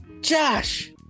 Josh